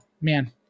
man